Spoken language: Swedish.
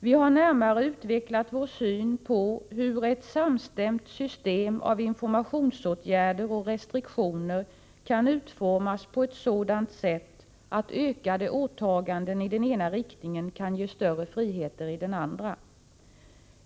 Vi har närmare utvecklat vår syn på hur ett samstämt system av informationsåtgärder och restriktioner kan utformas på ett sådant sätt att ökade åtaganden i den ena riktningen kan ge större friheter i den andra.